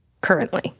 currently